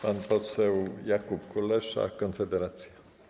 Pan poseł Jakub Kulesza, Konfederacja.